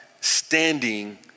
standing